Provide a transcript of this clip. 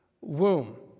womb